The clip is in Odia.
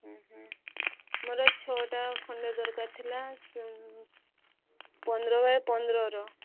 ହୁଁ ହୁଁ ମୋର ଛଅଟା ଖଣ୍ଡେ ଦରକାର ଥିଲା ପନ୍ଦର ବାଇ ପନ୍ଦରର